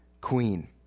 Queen